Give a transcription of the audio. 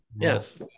Yes